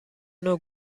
نوع